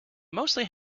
mostly